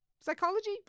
psychology